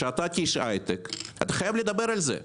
ואתה כאיש הייטק חייב לדבר על זה,